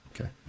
Okay